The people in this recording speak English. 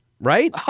right